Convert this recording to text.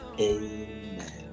Amen